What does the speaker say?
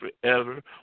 forever